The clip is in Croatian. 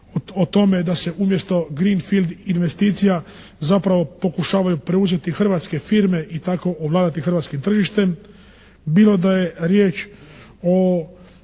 o tome da se umjesto "greefield" investicija zapravo pokušavaju preuzeti hrvatske firme i tako ovladati hrvatskih tržištem. Bilo da je riječ o